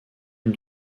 une